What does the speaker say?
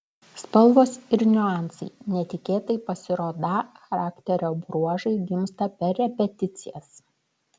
spalvos ir niuansai netikėtai pasirodą charakterio bruožai gimsta per repeticijas